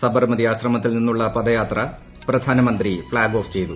സബർമതി ആശ്രമത്തിൽ നിന്നുള്ള പദയാത്ര പ്രധാനമന്ത്രി ഫ്ളാഗ് ഓഫ് ചെയ്തു